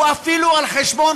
הוא אפילו על חשבון,